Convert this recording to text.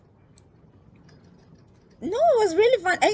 no it was really fun I